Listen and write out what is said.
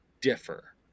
differ